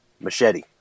machete